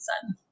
son